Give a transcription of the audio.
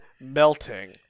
melting